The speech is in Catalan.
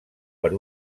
per